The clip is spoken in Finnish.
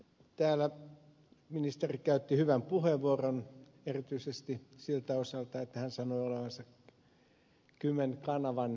täällä ministeri käytti hyvän puheenvuoron erityisesti siltä osalta että hän sanoi olevansa kymen kanavan toppuuttelija